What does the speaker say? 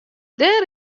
dêr